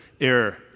error